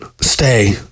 Stay